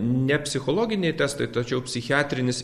ne psichologiniai testai tačiau psichiatrinis